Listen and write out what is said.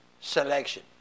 selection